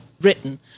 written